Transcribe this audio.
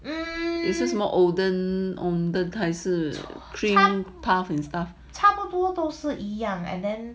um it's just more oden the type 是 cream puff and stuff